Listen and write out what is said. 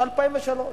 ב-2003.